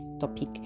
topic